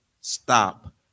stop